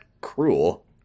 cruel